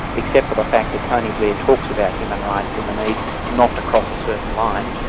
except for the fact that tony blair talks about human rights and the need not to cross a certain line,